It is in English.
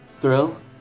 thrill